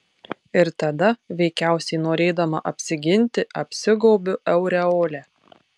ir tada veikiausiai norėdama apsiginti apsigaubiu aureole